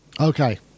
Okay